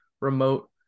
remote